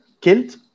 killed